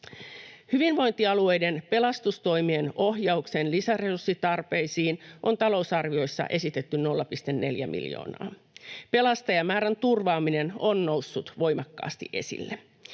Hyvinvointialueiden pelastustoimien ohjauksen lisäresurssitarpeisiin on talousarviossa esitetty 0,4 miljoonaa. Pelastajamäärän turvaaminen on noussut voimakkaasti esille.